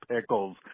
pickles